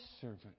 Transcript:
servant